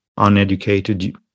uneducated